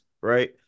right